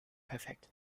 perfekt